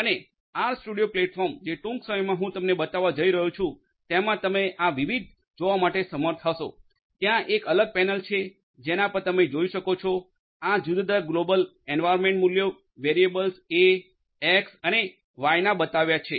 અને આ RStudio platform જે ટૂંક સમયમાં હું તમને બતાવવા જઇ રહ્યો છું તેમાં તમે આ વિવિધ જોવા માટે સમર્થ હશો ત્યાં એક અલગ પેનલ છે જેના પર તમે જોઈ શકો છો આ જુદા જુદા ગ્લોબલ એન્વારમેન્ટ મૂલ્યો વેરીએબલ એ એક્સ અને વાયના બતાવ્યા છે